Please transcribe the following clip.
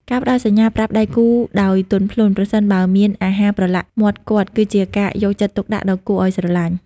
ការផ្ដល់សញ្ញាប្រាប់ដៃគូដោយទន់ភ្លន់ ប្រសិនបើមានអាហារប្រឡាក់មាត់គាត់ គឺជាការយកចិត្តទុកដាក់ដ៏គួរឱ្យស្រឡាញ់។